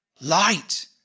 light